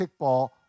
kickball